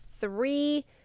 three